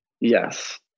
Yes